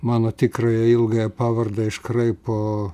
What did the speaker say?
mano tikrąją ilgąją pavardę iškraipo